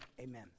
amen